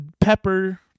pepper